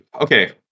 Okay